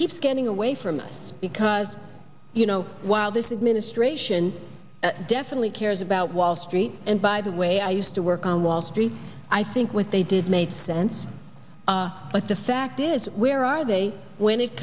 keeps getting away from us because you know while this administration definitely cares about wall street and by the way i used to work on wall street i think what they did made sense but the fact is where are they when it